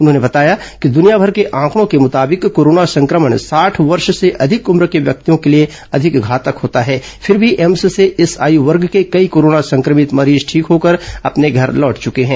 उन्होंने बताया कि दुनियाभर के ऑकड़ों के मुताबिक कोरोना संक्रमण साठ वर्ष से अधिक उम्र के व्यक्तियों के लिए अधिक घातक होता है फिर भी एम्स से इस आयू वर्ग के कई कोरोना संक्रमित मरीज ठीक होकर अपने घर लौट चुके हैं